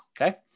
okay